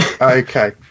Okay